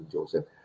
Joseph